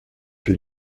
huit